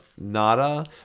Nada